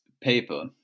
paper